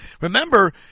Remember